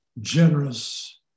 generous